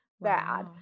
bad